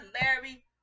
larry